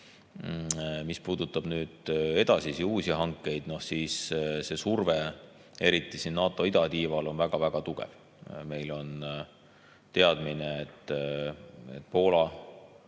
Mis puudutab edasisi, uusi hankeid, siis see surve eriti siin NATO idatiival on väga tugev. Meil on teadmine, et Poola